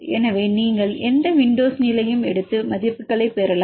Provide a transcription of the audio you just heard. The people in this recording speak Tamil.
எனவே நீங்கள் எந்த விண்டோஸ் நீளத்தையும் எடுத்து மதிப்புகளைப் பெறலாம்